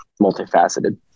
multifaceted